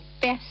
best